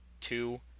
two